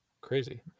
Crazy